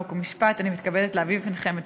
חוק ומשפט אני מתכבדת להביא בפניכם את